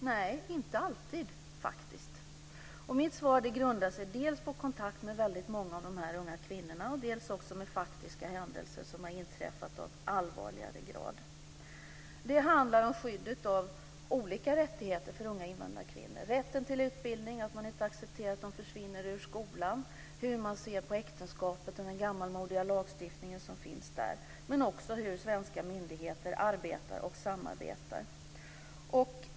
Nej, inte alltid faktiskt. Och mitt svar grundar sig dels på kontakter med väldigt många av dessa unga kvinnor, dels på faktiska händelser av allvarligare grad som har inträffat. Det handlar om skyddet av olika rättigheter för unga invandrarkvinnor - rätten till utbildning, att man inte accepterar att de försvinner ur skolan, hur man ser på äktenskapet och den gammalmodiga lagstiftningen som finns där, men också hur svenska myndigheter arbetar och samarbetar.